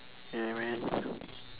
yeah man